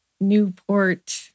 Newport